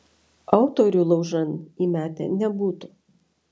autorių laužan įmetę nebūtų